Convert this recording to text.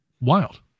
wild